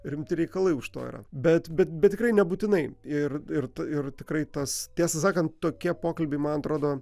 rimti reikalai už to yra bet bet tikrai nebūtinai ir ir ir tikrai tas tiesą sakant tokie pokalbiai man atrodo